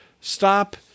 Stop